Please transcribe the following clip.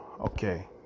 okay